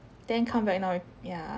then come back now with yeah